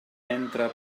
entra